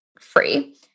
free